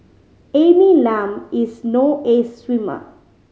Amy Lam is no ace swimmer